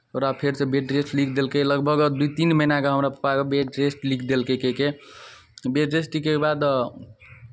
ओकरा फेरसँ bed rest लिख देलकै लगभग दू तीन महीनाके हमरा पप्पाके बेड रेस्ट लिख देलकै कहि कऽ बेड रेस्ट लिखैके बाद